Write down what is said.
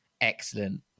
excellent